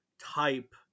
type